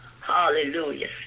hallelujah